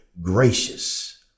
gracious